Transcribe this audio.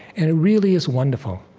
and it really is wonderful.